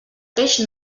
peix